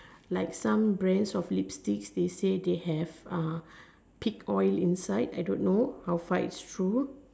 like some Brands of lipstick they say they have uh pig oil inside I don't know how far its true